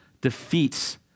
defeats